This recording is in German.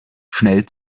schnell